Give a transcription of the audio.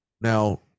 Now